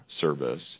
service